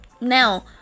now